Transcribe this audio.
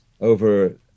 over